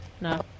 No